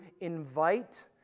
invite